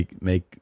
make